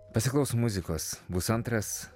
pasiklausom muzikos bus antras